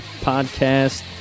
podcast